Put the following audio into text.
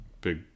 big